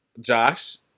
Josh